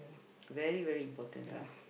very very important now